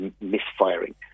misfiring